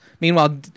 Meanwhile